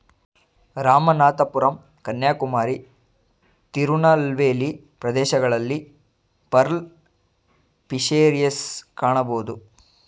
ರಾಮನಾಥಪುರಂ ಕನ್ಯಾಕುಮಾರಿ, ತಿರುನಲ್ವೇಲಿ ಪ್ರದೇಶಗಳಲ್ಲಿ pearl fisheries ಕಾಣಬೋದು